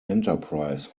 enterprise